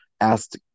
asked